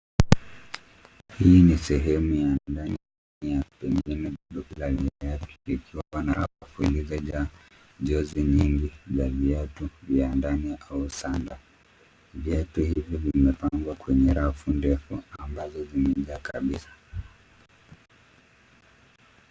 Hili ni sehemu ya ndani ya pembeni mliopangwa vikiwa na rafu zilizojaa jozi nyingi za viatu vya ndani au sandal . Viatu hivi vimepangwa kwenye rafu ndefu ambazo zimejaa kabisa.